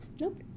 Nope